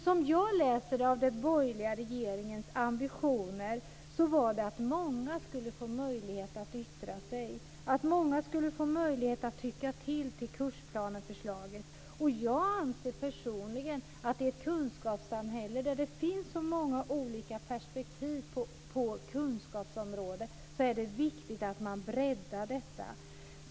Som jag läser av den borgerliga regeringens ambitioner var det meningen att många skulle få möjlighet att yttra sig, att många skulle få möjlighet att tycka till om kursplaneförslaget. Jag anser personligen att i ett kunskapssamhälle där det finns så många olika perspektiv på kunskapsområdet är det viktigt att man breddar detta.